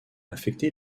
affecté